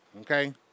okay